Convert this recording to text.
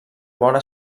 vora